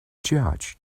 judge